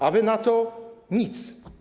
A wy na to nic.